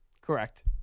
Correct